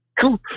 Cool